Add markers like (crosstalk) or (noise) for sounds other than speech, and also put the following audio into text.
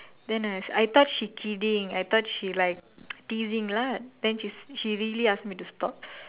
then I I thought she kidding I thought she like (noise) teasing lah then she she really asked me to stop